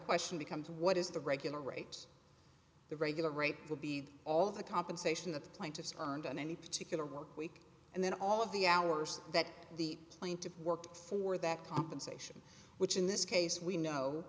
question becomes what is the regular rate the regular rate will be all the compensation that the plaintiffs fund on any particular work week and then all of the hours that the plaintiff worked for that compensation which in this case we know